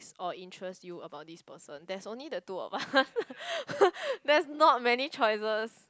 or interests you about this person there's only the two of us there's not many choices